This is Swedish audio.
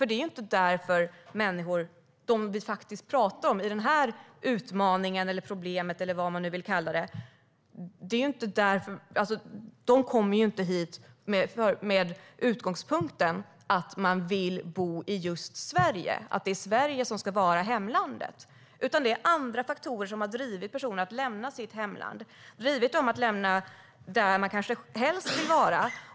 De människor som vi pratar om när det gäller denna utmaning, detta problem eller vad man nu vill kalla det kommer inte hit med utgångspunkten att de vill bo i just Sverige och att det ska vara hemlandet. Det är andra faktorer som har drivit dessa personer att lämna sitt hemland, där de kanske helst vill vara.